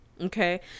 Okay